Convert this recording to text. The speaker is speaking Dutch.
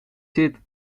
zit